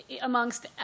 amongst